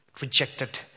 rejected